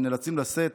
והם נאלצים לשאת